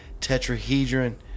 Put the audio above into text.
Tetrahedron